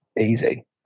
easy